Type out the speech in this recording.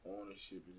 Ownership